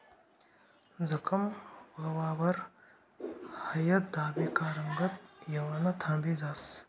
जखम व्हवावर हायद दाबी का रंगत येवानं थांबी जास